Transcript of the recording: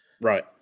Right